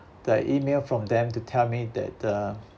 the email from them to tell me that uh